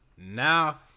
Now